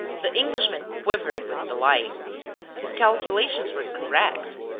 the englishman quivered with delight. his calculations were correct,